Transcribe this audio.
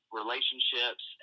relationships